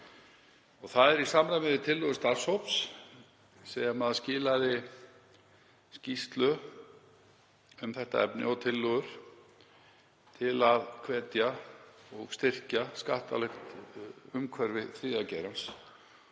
Það er í samræmi við tillögur starfshóps sem skilaði skýrslu um þetta efni og tillögum til að hvetja og styrkja skattalegt umhverfi þriðja geirans.